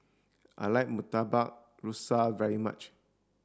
I like Murtabak Rusa very much